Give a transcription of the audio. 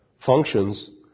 functions